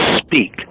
speak